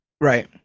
Right